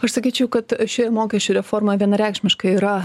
aš sakyčiau kad šioj mokesčių reformoj vienareikšmiškai yra